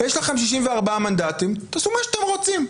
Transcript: יש לכם 64 מנדטים, תעשו מה שאתם רוצים.